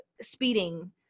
speeding